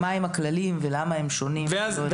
מה הם הכללים ולמה הם שונים אני לא יודעת.